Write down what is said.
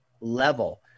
level